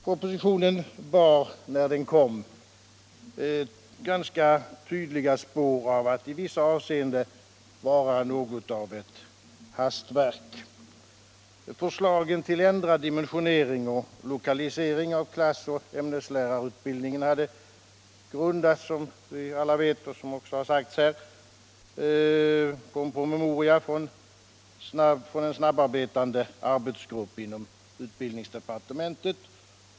Propositionen bar, när den kom, ganska tydliga spår av att i vissa avseenden vara något av ett hastverk. Förslagen till ändrad dimensionering och lokalisering av klassoch ämneslärarutbildningen hade grundats — som vi alla vet och som också har sagts här — på en promemoria från en snabbarbetande arbetsgrupp inom utbildningsdepartementet.